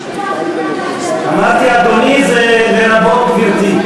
אמרתי אדוני, זה לרבות גברתי.